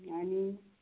आनी